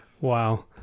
Wow